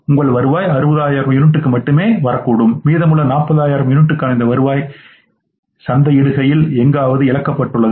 உங்கள் வருவாய் 60000 யூனிட்டுகளுக்கு மட்டுமே சமமாக வரும் மீதமுள்ள 40000 யூனிட்டுகளுக்கான இந்த வருவாய் சந்தையில் எங்காவது இழக்கப்படுகிறது